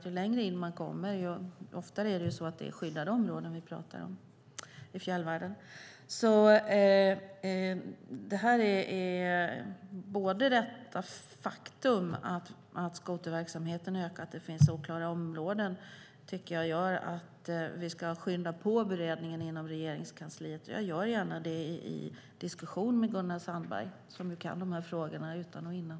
Ju längre in man kommer, desto oftare är det nämligen skyddade områden i fjällvärlden det handlar om. Både det faktum att skoterverksamheten ökar och att det finns oklara områden tycker jag gör att vi ska skynda på beredningen inom Regeringskansliet. Jag gör gärna det i diskussion med Gunnar Sandberg, som ju kan de här frågorna utan och innan.